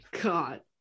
God